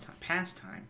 pastime